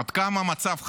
עד כמה המצב חמור?